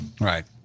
right